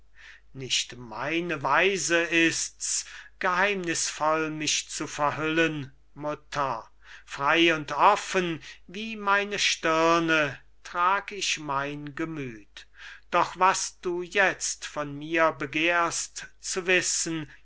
nicht meine weise ist's geheimnißvoll mich zu verhüllen mutter frei und offen wie meine stirne trag ich mein gemüth doch was du jetzt von mir begehrst zu wissen